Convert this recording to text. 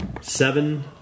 seven